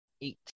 Eight